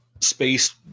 space